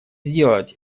сделать